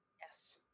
yes